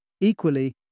Equally